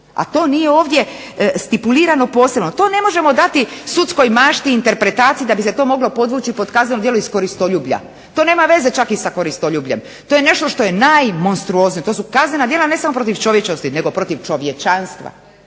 A to nije ovdje stipulirano posebno. To ne možemo dati sudskoj mašti interpretaciju da bi se to moglo podvući pod kazneno djelo iz koristoljublja. To nema veza čak i sa koristoljubljem. To je nešto što je najmonstruoznije. To su kaznena djela ne samo protiv čovječnosti, nego protiv čovječanstva.